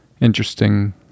interesting